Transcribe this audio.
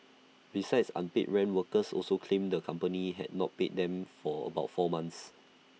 besides unpaid rent workers also claimed the company had not paid them for about four months